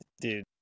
Dude